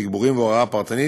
תגבורים והוראה פרטנית,